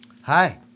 Hi